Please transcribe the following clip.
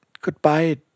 Goodbye